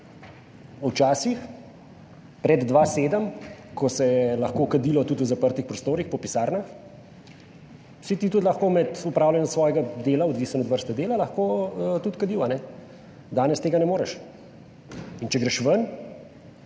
V časih pred 2027, ko se je lahko kadilo tudi v zaprtih prostorih, po pisarnah, si ti tudi lahko med opravljanjem svojega dela odvisen od vrste dela, lahko tudi kadil, ali ne? Danes tega ne moreš. Če greš ven,